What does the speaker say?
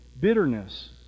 Bitterness